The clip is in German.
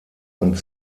und